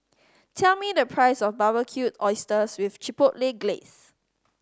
tell me the price of Barbecued Oysters with Chipotle Glaze